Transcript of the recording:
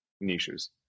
niches